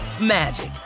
magic